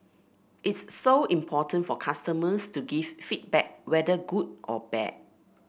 it's so important for customers to give feedback whether good or bad